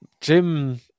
Jim